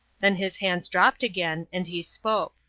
then his hands dropped again and he spoke.